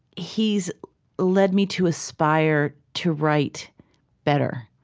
he's led me to aspire to write better.